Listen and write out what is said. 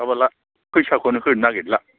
माबाला फैसा खौनो होनो नागिरला